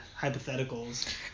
hypotheticals